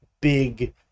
big